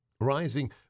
Rising